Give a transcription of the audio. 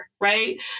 right